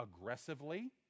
aggressively